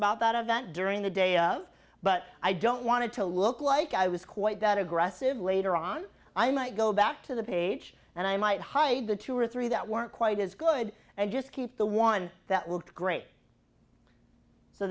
about that event during the day of but i don't want to look like i was quite that aggressive later on i might go back to the page and i might hide the two or three that weren't quite as good and just keep the one that worked great so